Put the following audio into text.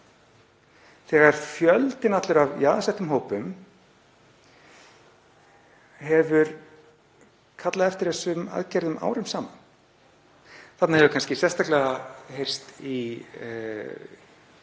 en fjöldinn allur af jaðarsettum hópum hefur kallað eftir þeim aðgerðum árum saman. Þarna hefur kannski sérstaklega heyrst í